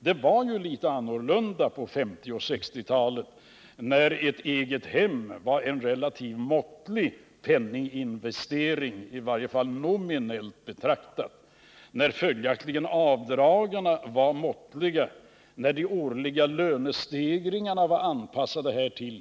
Det var litet annorlunda på 1950 och 1960-talen, när ett egethem innebar en relativt måttlig penninginvestering, i varje fall nominellt betraktat, när följaktligen avdragen var måttliga och när de årliga lönestegringarna var anpassade härtill.